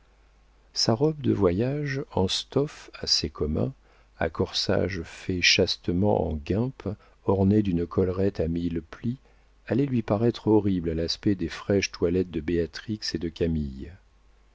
sa robe de voyage en stoff assez commun à corsage fait chastement en guimpe ornée d'une collerette à mille plis allait lui paraître horrible à l'aspect des fraîches toilettes de béatrix et de camille